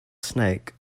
snake